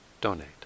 donate